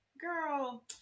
girl